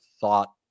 thought